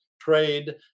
trade